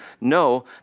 No